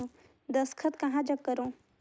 दस्खत कहा जग करो?